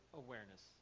awareness